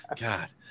God